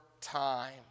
time